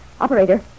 Operator